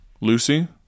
lucy